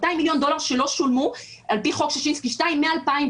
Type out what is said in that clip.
200 מיליון דולר שלא שולמו על פי חוק ששינסקי 2 מ-2016.